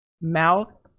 Mal